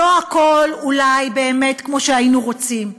אולי לא הכול באמת כמו שהיינו רוצים,